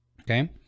Okay